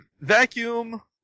Vacuum